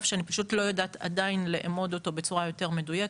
שאני פשוט לא יודעת עדיין לאמוד אותו בצורה יותר מדויקת,